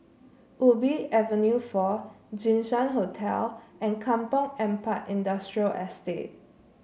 Ubi Avenue Four Jinshan Hotel and Kampong Ampat Industrial Estate